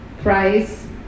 price